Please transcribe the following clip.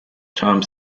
times